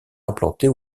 implantés